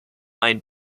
ein